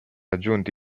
aggiunti